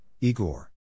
Igor